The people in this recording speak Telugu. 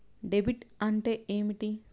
డెబిట్ అంటే ఏమిటి?